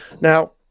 now